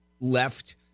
left